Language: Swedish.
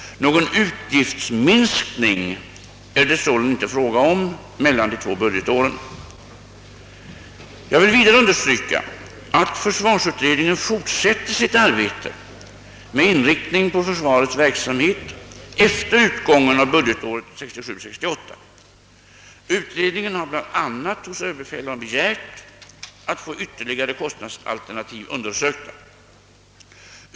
Någon utgiftsminskning är det således inte fråga om mellan de två budgetåren. Jag vill vidare understryka att försvarsutredningen fortsätter sitt arbete med inriktning på försvarets verksamhet efter utgången av budgetåret 1967/ 68. Utredningen har bl.a. hos överbefälhavaren begärt att få ytterligare kostnadsalternativ undersökta.